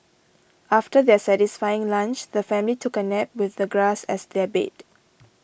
after their satisfying lunch the family took a nap with the grass as their bed